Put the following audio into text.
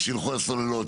שילכו על הסוללות,